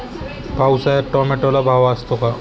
पावसाळ्यात टोमॅटोला भाव असतो का?